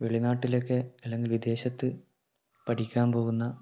വെളി നാട്ടിലൊക്കെ അല്ലെങ്കിൽ വിദേശത്ത് പഠിക്കാൻ പോകുന്ന